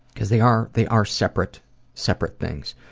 cause they are they are separate separate things.